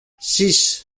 six